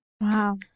Wow